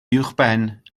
uwchben